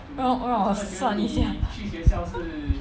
让让我算一下